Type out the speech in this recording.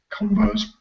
combos